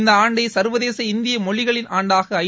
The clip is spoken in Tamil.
இந்த ஆண்டை சர்வதேச இந்திய மொழிகளின் ஆண்டாக ஐ